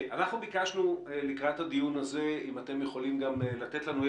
ביקשנו לקראת הדיון הזה אם אתם יכולים גם לתת נתונים.